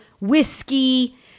whiskey